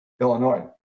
Illinois